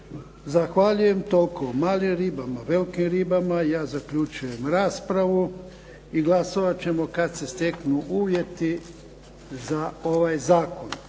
Zahvaljujem. Toliko o malim ribama, velikim ribama. Ja zaključujem raspravu i glasovati ćemo kad se steknu uvjeti za ovaj zakon.